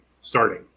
starting